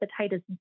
hepatitis